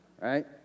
Right